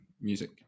music